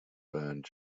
burned